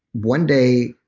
one day,